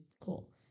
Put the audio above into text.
Cool